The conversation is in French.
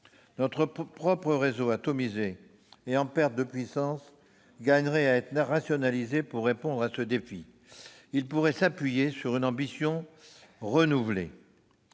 Notre propre réseau, atomisé et en perte de puissance, gagnerait à être rationalisé pour répondre à ce défi. Il pourrait s'appuyer sur une ambition renouvelée.